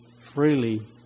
freely